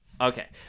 Okay